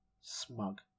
Smug